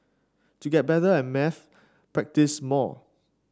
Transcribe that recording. to get better at maths practise more